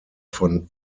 von